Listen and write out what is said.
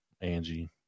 Angie